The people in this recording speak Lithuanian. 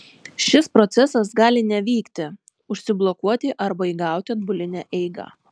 šis procesas gali nevykti užsiblokuoti arba įgauti atbulinę eigą